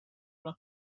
üle